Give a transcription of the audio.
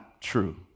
true